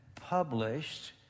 published